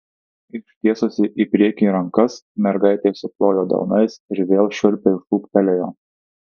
ištiesusi į priekį rankas mergaitė suplojo delnais ir vėl šiurpiai šūktelėjo